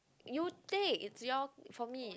you take is your from me